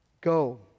Go